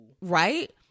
right